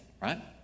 right